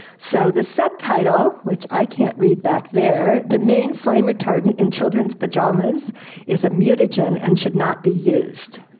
so the subtitle, which i can't read back there, the main flame retardant in children's pajamas is a mutagen and should not be used.